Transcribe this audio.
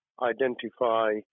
identify